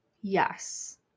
Yes